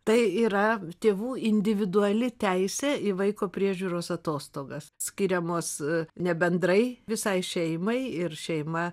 tai yra tėvų individuali teisė į vaiko priežiūros atostogas skiriamos ne bendrai visai šeimai ir šeima